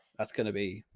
that's going to be,